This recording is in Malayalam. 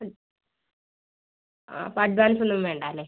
മ് ആ അപ്പോൾ അഡ്വാൻസ് ഒന്നും വേണ്ട അല്ലേ